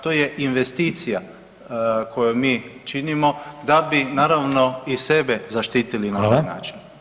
To je investicija koju mi činimo da bi naravno i sebe zaštitili na taj način.